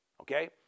Okay